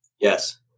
Yes